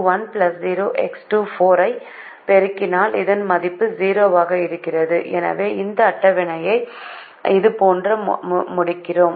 எனவே ஐ பெருக்கினால் இதன் மதிப்பு 0 ஆக இருக்கிறது எனவே இந்த அட்டவணையை இதுபோன்று முடிக்கிறோம்